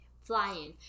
flying